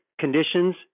conditions